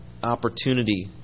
opportunity